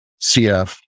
CF